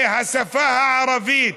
השפה הערבית,